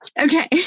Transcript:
Okay